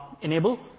Enable